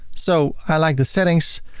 so i like the settings,